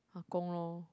Ah-Gong lor